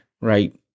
Right